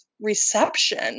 reception